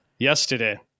Yesterday